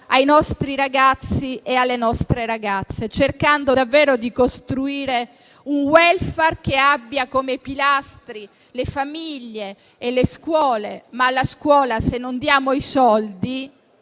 ai nostri ragazzi e alle nostre ragazze, cercando davvero di costruire un *welfare* che abbia come pilastri le famiglie e le scuole. Tuttavia, se non diamo soldi